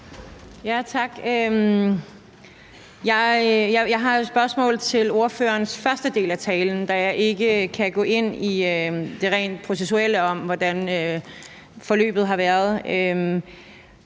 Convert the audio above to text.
Tak. Jeg har et spørgsmål til ordførerens første del af talen, da jeg ikke kan gå ind i det rent processuelle om, hvordan forløbet har været.